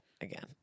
again